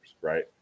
right